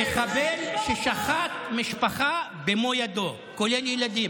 מחבל ששחט משפחה במו ידיו, כולל ילדים.